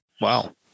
Wow